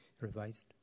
revised